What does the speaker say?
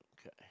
Okay